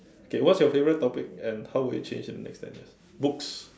okay what's your favorite topic and how would it change in the next ten years books